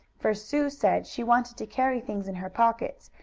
for sue said she wanted to carry things in her pockets,